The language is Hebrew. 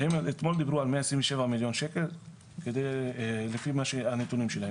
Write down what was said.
אתמול דיברו על מאה עשרים ושבע מיליון שקל לפי הנתונים שלהם.